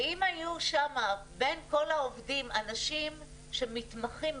ואם היו שם בין כל העובדים אנשים שמתמחים,